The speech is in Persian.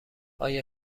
آیا